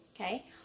okay